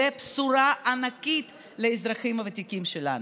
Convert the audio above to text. זו בשורה ענקית לאזרחים הוותיקים שלנו.